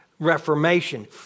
Reformation